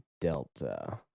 Delta